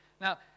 Now